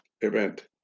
event